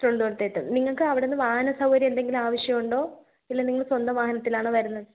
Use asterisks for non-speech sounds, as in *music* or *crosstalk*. *unintelligible* നിങ്ങൾക്ക് അവിടുന്ന് വാഹനസൗകര്യം എന്തെങ്കിലും ആവശ്യമുണ്ടോ ഇല്ല നിങ്ങൾ സ്വന്തം വാഹനത്തിലാണോ വരുന്നത്